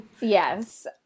Yes